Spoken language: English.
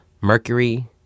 Mercury